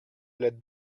let